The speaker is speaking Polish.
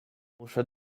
muszę